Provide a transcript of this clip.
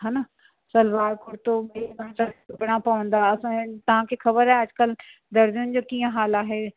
हान सलवार कुर्तो मेन आहे त सिबिणा पवंदा असां तव्हांखे ख़बर आहे अॼुकल्ह दर्जियुनि जो कीअं हालु आहे कंहिं खे